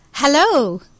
Hello